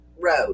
road